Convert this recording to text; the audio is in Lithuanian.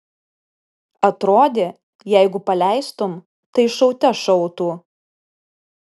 atrodė jeigu paleistum tai šaute šautų